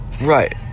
Right